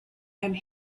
and